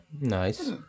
Nice